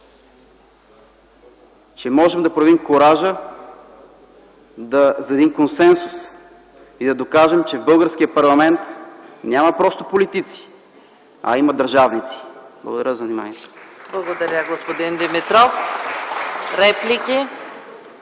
че можем да проявим кураж за консенсус и да докажем, че в българския парламент няма просто политици, а има държавници! Благодаря.